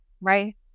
right